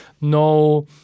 no